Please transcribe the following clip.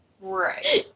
right